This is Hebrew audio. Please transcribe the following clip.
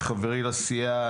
חבר סיעתי,